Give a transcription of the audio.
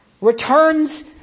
returns